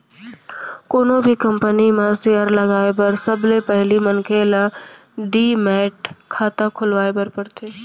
कोनो भी कंपनी म सेयर लगाए बर सबले पहिली मनखे ल डीमैट खाता खोलवाए बर परथे